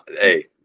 hey